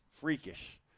freakish